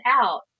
out